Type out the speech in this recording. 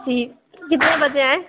جی کتنے بجے آئیں